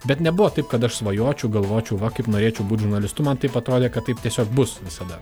bet nebuvo taip kad aš svajočiau galvočiau va kaip norėčiau būt žurnalistu man taip atrodė kad taip tiesiog bus visada